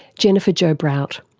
jennifer jo brout.